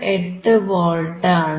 88 volt ആണ്